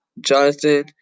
Jonathan